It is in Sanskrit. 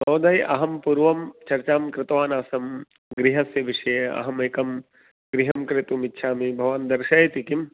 महोदय अहं पूर्वं चर्चां कृतवान् आसं गृहस्य विषये अह एकं गृहं क्रेतुं इच्छामि भवान् दर्शयति किं